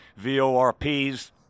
VORPs